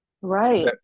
Right